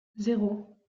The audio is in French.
zéro